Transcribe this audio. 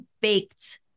baked